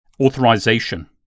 Authorization